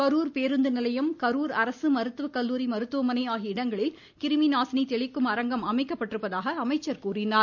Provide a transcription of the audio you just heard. கரூர் பேருந்து நிலையம் கரூர் அரசு மருத்துவக்கல்லூரி மருத்துவமனை ஆகிய இடங்களில் கிருமி நாசினி தெளிக்கும் அரங்கம் அமைக்கப்பட்டிருப்பதாக கூறினார்